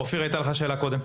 אופיר, הייתה לך שאלה קודם?